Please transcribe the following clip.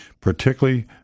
particularly